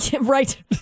Right